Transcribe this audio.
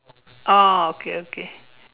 oh okay okay